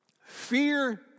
Fear